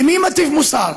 למי הוא מטיף מוסר?